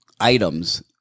items